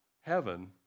Heaven